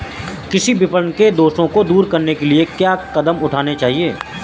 कृषि विपणन के दोषों को दूर करने के लिए क्या कदम उठाने चाहिए?